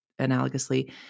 analogously